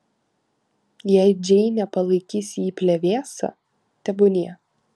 jei džeinė palaikys jį plevėsa tebūnie